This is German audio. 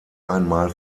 einmal